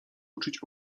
uczyć